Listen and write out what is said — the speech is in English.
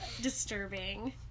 disturbing